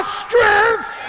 strength